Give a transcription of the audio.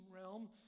realm